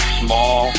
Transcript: small